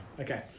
okay